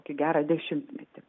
gerą dešimtmetį